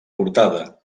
portada